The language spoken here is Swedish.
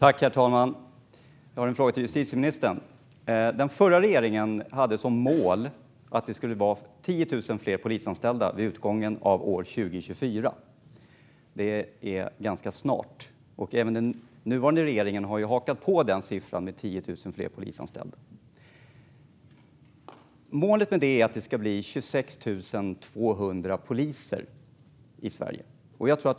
Herr talman! Jag har en fråga till justitieministern. Den förra regeringen hade som mål att det skulle vara 10 000 fler polisanställda vid utgången av år 2024. Det är ganska snart. Den nuvarande regeringen har ju hakat på detta med 10 000 fler polisanställda. Målet med detta är att det ska bli 26 200 poliser i Sverige.